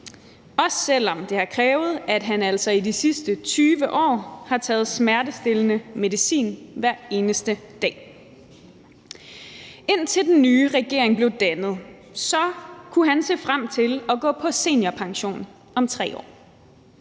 Også selv om det har krævet, at han i de sidste 20 år har taget smertestillende medicin hver eneste dag. Indtil den nye regering blev dannet, kunne han se frem til at gå på seniorpension om 3 år.